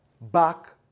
back